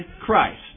Christ